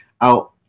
out